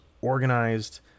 organized